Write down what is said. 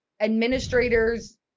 administrators